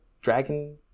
Dragon